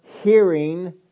hearing